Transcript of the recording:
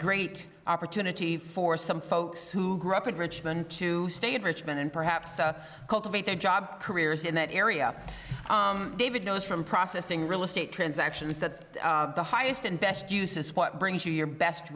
great opportunity for some folks who grew up in richmond to stay in richmond and perhaps cultivate their job careers in that area david knows from processing real estate transactions that the highest and best use is what brings you your best